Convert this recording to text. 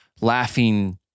Laughing